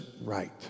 right